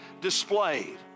displayed